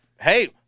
hey